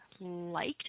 liked